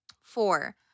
Four